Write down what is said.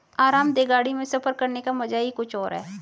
आरामदेह गाड़ी में सफर करने का मजा ही कुछ और है